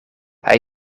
hij